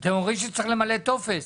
אתם אומרים שצריך למלא טופס,